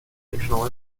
educational